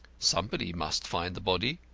somebody must find the body,